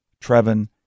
Trevin